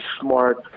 smart